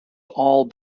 all